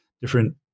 different